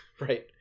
right